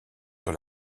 sur